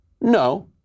No